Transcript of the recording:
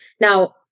Now